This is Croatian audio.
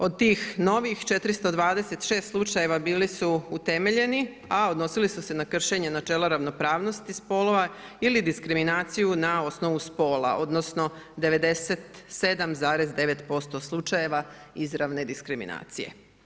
Od tih novih, 426 slučajeva bili su utemeljeni, a odnosili su se na kršenje načela ravnopravnosti spolova ili diskriminaciju na osnovu spola odnosno 97,9% slučajeva izravne diskriminacije.